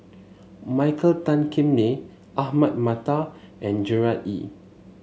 Michael Tan Kim Nei Ahmad Mattar and Gerard Ee